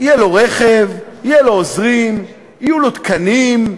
יהיה לו רכב, יהיו לו עוזרים, יהיו לו תקנים,